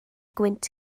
gwynt